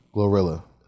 Glorilla